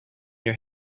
your